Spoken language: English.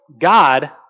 God